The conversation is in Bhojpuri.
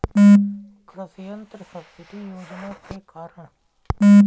कृषि यंत्र सब्सिडी योजना के कारण?